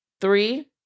three